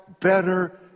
better